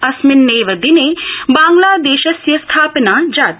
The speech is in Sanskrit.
अस्मिन्नेव दिने बांग्लादेशस्य स्थापना जाता